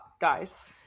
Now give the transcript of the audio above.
guys